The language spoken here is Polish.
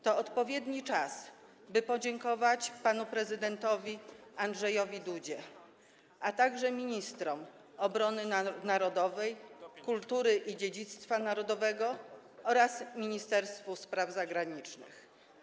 To odpowiedni czas, by podziękować panu prezydentowi Andrzejowi Dudzie, a także ministrom obrony narodowej, kultury i dziedzictwa narodowego oraz Ministerstwu Spraw Zagranicznych.